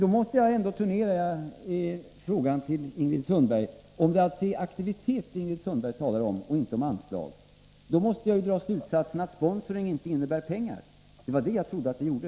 Jag måste turnera frågan till Ingrid Sundberg: Om det alltså är aktivitet Ingrid Sundberg talar om och inte anslag, måste jag dra slutsatsen att sponsring inte innebär pengar. Det var det jag trodde att det gjorde!